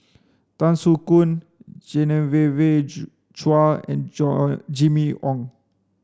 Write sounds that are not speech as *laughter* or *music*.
Tan Soo Khoon *unintelligible* Chua and John Jimmy Ong